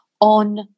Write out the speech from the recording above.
on